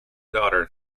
daughter